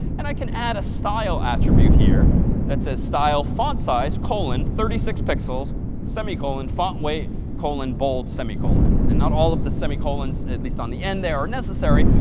and i can add a style attribute here that's a style font size colon thirty six pixels semi-colon font weight colon bold semi-colon. and not all of the semi-colons, at least on the end there, are necessary.